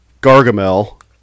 Gargamel